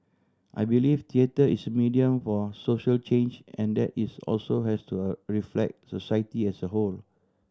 I believe theatre is medium for social change and that it's also has to reflect society as a whole